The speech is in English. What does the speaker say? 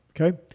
Okay